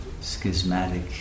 schismatic